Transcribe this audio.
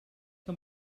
que